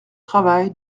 travail